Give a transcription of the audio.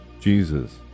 jesus